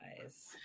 eyes